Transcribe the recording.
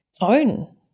own